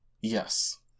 Yes